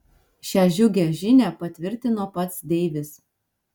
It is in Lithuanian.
šią džiugią žinią patvirtino pats deivis